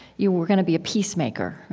you were going to be a peacemaker, right?